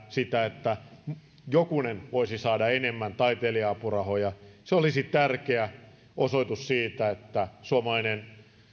sitä että jokunen voisi saada enemmän taiteilija apurahoja se olisi tärkeä osoitus siitä että suomalainen